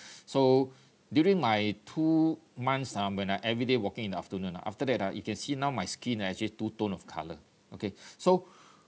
so during my two months ah when I everyday walking in the afternoon ah after that ah you can see now my skin ah is actually to tone of colour okay so